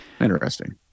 Interesting